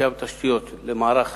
משקיעה בתשתיות למערך